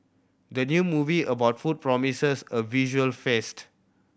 the new movie about food promises a visual feast